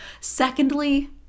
Secondly